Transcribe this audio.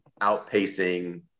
outpacing